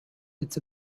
its